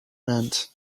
meant